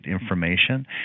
information